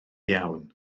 iawn